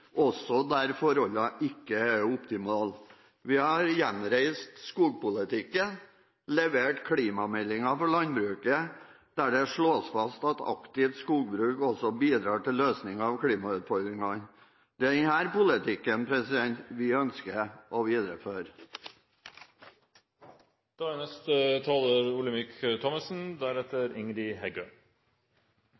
også der forholdene ikke er optimale. Vi har gjenreist skogpolitikken, levert klimamelding for landbruket, der det slås fast at aktivt skogbruk også bidrar til løsning av klimautfordringene. Det er denne politikken vi ønsker å videreføre.